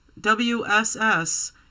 WSS